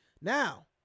Now